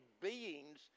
beings